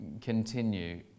continue